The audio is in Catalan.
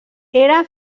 era